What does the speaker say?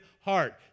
heart